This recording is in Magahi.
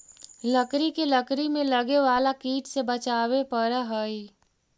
लकड़ी के लकड़ी में लगे वाला कीट से बचावे पड़ऽ हइ